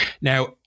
Now